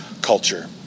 culture